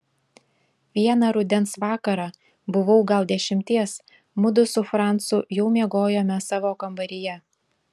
vieną rudens vakarą buvau gal dešimties mudu su francu jau miegojome savo kambaryje